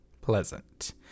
pleasant